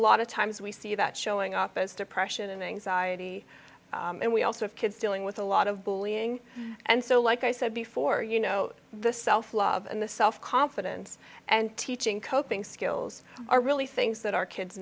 of times we see that showing up as depression and anxiety and we also have kids dealing with a lot of bullying and so like i said before you know the self love and the self confidence and teaching coping skills are really things that our kids